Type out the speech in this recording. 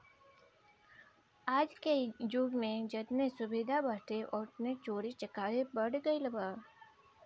आजके जुग में जेतने सुविधा बाटे ओतने चोरी चकारी बढ़ गईल बा